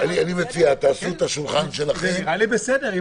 וזה נראה לך בסדר?